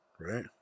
Right